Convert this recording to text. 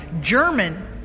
German